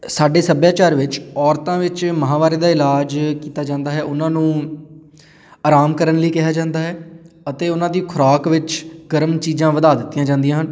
ਸਾਡੇ ਸੱਭਿਆਚਾਰ ਵਿੱਚ ਔਰਤਾਂ ਵਿੱਚ ਮਹਾਂਵਾਰੀ ਦਾ ਇਲਾਜ ਕੀਤਾ ਜਾਂਦਾ ਹੈ ਉਹਨਾਂ ਨੂੰ ਆਰਾਮ ਕਰਨ ਲਈ ਕਿਹਾ ਜਾਂਦਾ ਹੈ ਅਤੇ ਉਹਨਾਂ ਦੀ ਖੁਰਾਕ ਵਿੱਚ ਗਰਮ ਚੀਜ਼ਾਂ ਵਧਾ ਦਿੱਤੀਆਂ ਜਾਂਦੀਆਂ ਹਨ